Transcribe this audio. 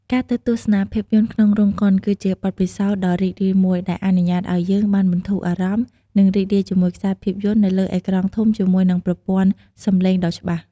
ការទៅទស្សនាភាពយន្តក្នុងរោងកុន គឺជាបទពិសោធន៍ដ៏រីករាយមួយ ដែលអនុញ្ញាតឲ្យយើងបានបន្ធូរអារម្មណ៍ និងរីករាយជាមួយខ្សែភាពយន្តនៅលើអេក្រង់ធំជាមួយនឹងប្រព័ន្ធសំឡេងដ៏ច្បាស់។